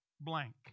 blank